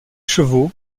chevaux